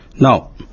Now